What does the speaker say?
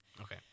Okay